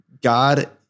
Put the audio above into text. God